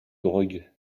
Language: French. drogue